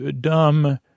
dumb